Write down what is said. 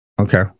Okay